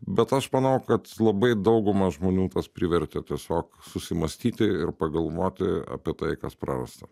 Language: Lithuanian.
bet aš manau kad labai dauguma žmonių tas privertė tiesiog susimąstyti ir pagalvoti apie tai kas prarasta